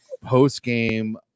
post-game